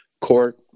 Court